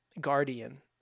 guardian